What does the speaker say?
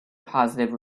positive